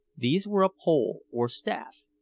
these were a pole or staff,